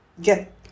get